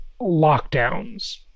lockdowns